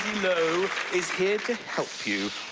lowe is here to help you.